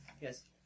Yes